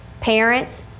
Parents